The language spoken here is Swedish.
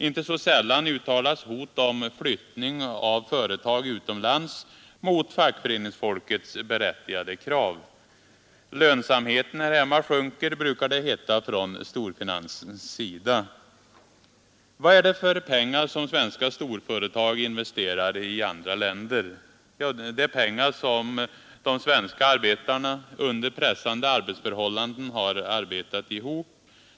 Inte så sällan uttalas hot om flyttning av företag utomlands mot fackföreningsfolkets berättigade krav. Lönsamheten här hemma sjunker, brukar det heta från storfinansens sida. Vad är det för pengar som svenska storföretag investerar i andra länder? Jo, det är pengar som de svenska arbetarna under pressande arbetsförhållanden har arbetat ihop.